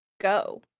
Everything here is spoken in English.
go